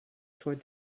toward